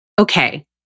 okay